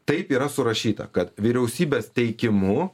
taip yra surašyta kad vyriausybės teikimu